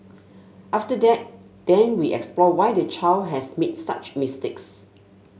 after that then we explore why the child has made such mistakes